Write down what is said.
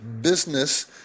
business